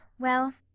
well,